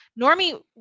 Normie